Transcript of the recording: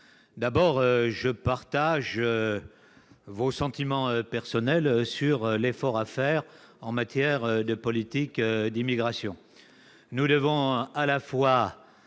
rapport. Je partage vos sentiments sur l'effort à faire en matière de politique d'immigration. Nous devons à la fois